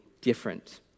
different